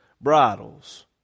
bridles